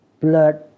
blood